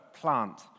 plant